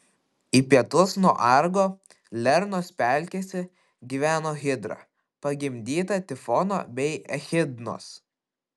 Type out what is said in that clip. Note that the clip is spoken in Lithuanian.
į pietus nuo argo lernos pelkėse gyveno hidra pagimdyta tifono bei echidnos